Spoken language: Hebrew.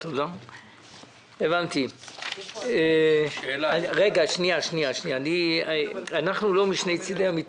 לו יצוין שאנחנו מצביעים עכשיו